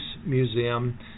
Museum